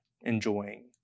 enjoying